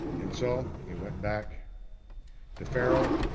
and so he went back to pharaoh,